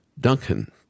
Duncan